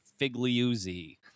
Figliuzzi